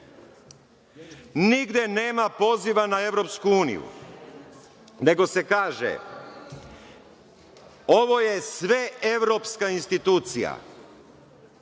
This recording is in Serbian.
Nigde nema poziva na EU, nego se kaže – ovo je sve evropska institucija.